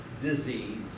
disease